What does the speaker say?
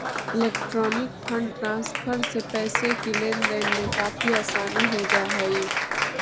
electronic fund transfer से पैसे की लेन देन में काफी आसानी हो जा हई